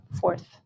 fourth